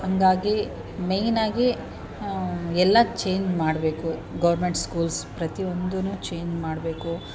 ಹಂಗಾಗಿ ಮೆಯ್ನ್ ಆಗಿ ಎಲ್ಲ ಚೇಂಜ್ ಮಾಡಬೇಕು ಗೋರ್ಮೆಂಟ್ ಸ್ಕೂಲ್ಸ್ ಪ್ರತಿಯೊಂದುನೂ ಚೇಂಜ್ ಮಾಡಬೇಕು